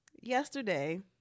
Yesterday